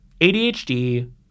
ADHD